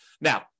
Now